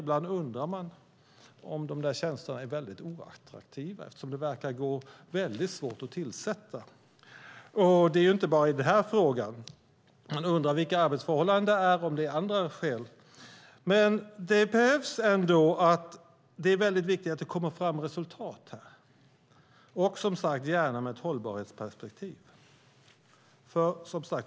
Ibland undrar man om de där tjänsterna är väldigt oattraktiva, eftersom det verkar vara svårt att tillsätta dem. Det gäller inte bara denna fråga. Man undrar om det beror på arbetsförhållandena eller om det är andra skäl. Det är viktigt att det kommer fram resultat här, och som sagt gärna med ett hållbarhetsperspektiv.